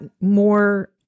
more